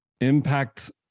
impact